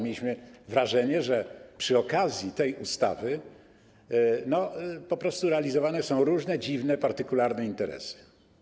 Mieliśmy wrażenie, że przy okazji tej ustawy realizowane są różne dziwne partykularne interesy.